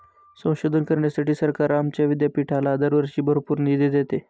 संशोधन करण्यासाठी सरकार आमच्या विद्यापीठाला दरवर्षी भरपूर निधी देते